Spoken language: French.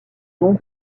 dons